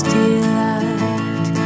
delight